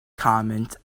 comments